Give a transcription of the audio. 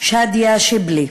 שאדיה שיבלי,